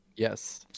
Yes